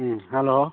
ꯎꯝ hello